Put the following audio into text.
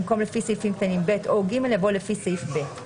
במקום "לפי סעיפים קטנים (ב) או (ג)" יבוא "לפי סעיף (ב)".